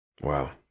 Wow